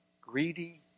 greedy